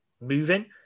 moving